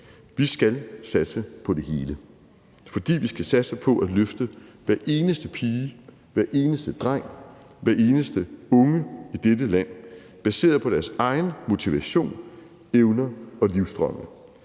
Vi skal satse på det hele, fordi vi skal satse på at løfte hver eneste pige, hver eneste dreng, hver eneste unge i dette land baseret på deres egen motivation, evner og livsdrømme.